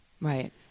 Right